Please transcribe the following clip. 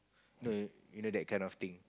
no you know that kind of thing